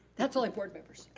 that's only board members.